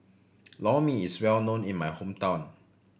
Lor Mee is well known in my hometown